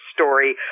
story